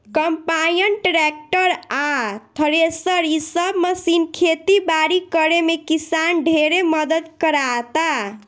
combine, tractor आ thresher इ सब मशीन खेती बारी करे में किसान ढेरे मदद कराता